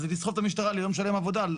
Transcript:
אז זה לסחוב את המשטרה ליום שלם עבודה על